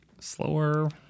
Slower